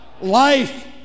life